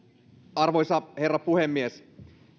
arvoisa herra puhemies